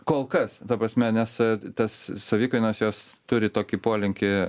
kol kas ta prasme nes tas savikainos jos turi tokį polinkį